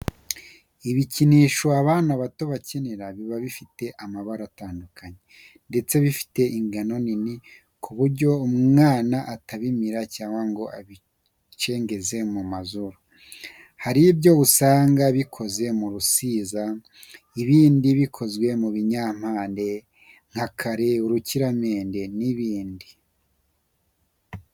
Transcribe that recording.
ibikinisho abana bato bakenera biba bifite amabara atandukanye, ndetse bifite ingano nini ku buryo umwana atabimira cyangwa ngo abicengeze mu mazuru. Hari ibyo usanga bikoze mu rusiza ibindi bikozwe mu binyampande nka kare, urukiramende n'ibindi.